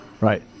Right